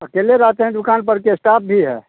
अकेले रहते हैं दुकान पर कि स्टाफ भी है